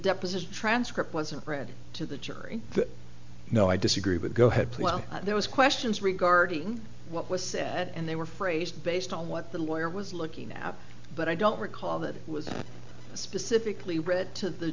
deposition transcript wasn't read to the jury no i disagree but go ahead please there was questions regarding what was said and they were phrased based on what the lawyer was looking at but i don't recall that it was specifically read to the